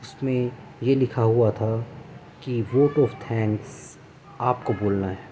اس میں یہ لکھا ہوا تھا کہ ووٹ آف تھینکس آپ کو بولنا ہے